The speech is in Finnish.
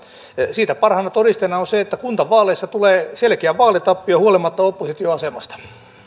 siitä parhaana todisteena on se että kuntavaaleissa tulee selkeä vaalitappio huolimatta oppositioasemasta